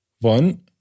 One